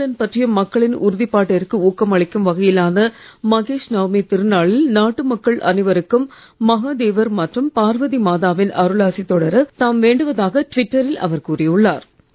பொதுநலன் பற்றிய மக்களின் உறுதிப்பாட்டிற்கு ஊக்கம் அளிக்கும் வகையிலான மஹேஷ் நவமி திருநாளில் நாட்டு மக்கள் அனைவருக்கும் மகாதேவர் மற்றும் பார்வதி மாதாவின் அருளாசி தொடரத் தாம் வேண்டுவதாக ட்விட்டரில் அவர் கூறியுள்ளார்